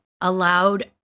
allowed